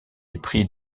épris